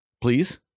Please